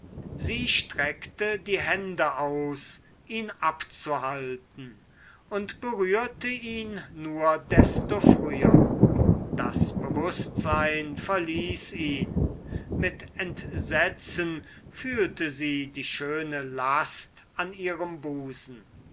sie streckte die hände aus ihn abzuhalten und berührte ihn nur desto früher das bewußtsein verließ ihn und mit entsetzen fühlte sie die schöne last an ihrem busen